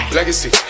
Legacy